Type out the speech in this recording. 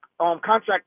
contract